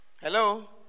Hello